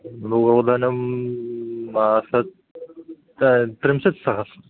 धनं मासं त्रिंशत्सहस्रं